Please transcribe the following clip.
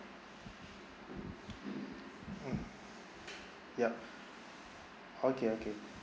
mm yup okay okay